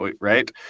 right